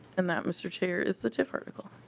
and that mr. chair is the to of article.